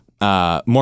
More